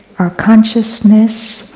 our consciousness,